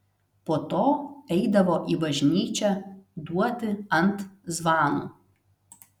po to eidavo į bažnyčią duoti ant zvanų